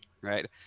right